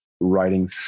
writing